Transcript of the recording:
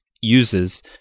uses